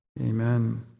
Amen